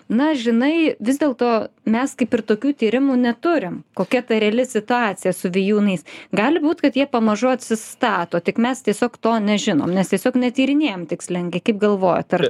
na žinai vis dėl to mes kaip ir tokių tyrimų neturim kokia ta reali situacija su vijūnais gali būt kad jie pamažu atsistato tik mes tiesiog to nežinom nes tiesiog netyrinėjam tikslingai kaip galvojat ar